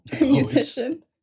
musician